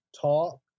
talk